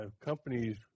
companies